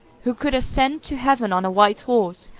who could ascend to heaven on a white horse,